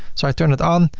so i turn it on.